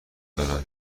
دارم